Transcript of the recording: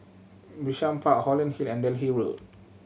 Bishan Park Holland Hill and Delhi Road